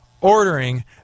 ordering